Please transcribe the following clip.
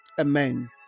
Amen